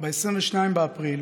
ב-22 באפריל